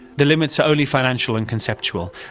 the limits are only financial and conceptual,